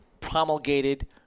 promulgated